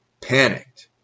panicked